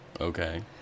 Okay